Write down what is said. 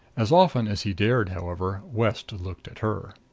as often as he dared, however, west looked at her.